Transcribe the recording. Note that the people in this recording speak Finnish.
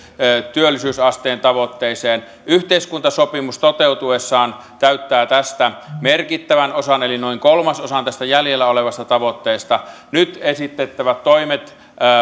työllisyysasteen tavoitteeseen yhteiskuntasopimus toteutuessaan täyttää merkittävän osan eli noin kolmasosan tästä jäljellä olevasta tavoitteesta nyt esitettävät toimet